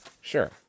sure